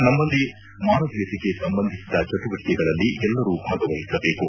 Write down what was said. ನಮ್ಮಲ್ಲಿ ಮಾನವೀಯತೆಗೆ ಸಂಬಂಧಿಸಿದ ಚಟುವಟಿಕೆಗಳಲ್ಲಿ ಎಲ್ಲರೂ ಭಾಗವಹಿಸಬೇಕು